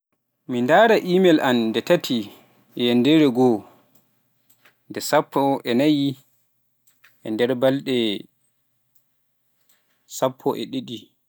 mi ndara emel an nde taati e yanndere goo, nde sappo e naaye e ndar balde sappo e didi.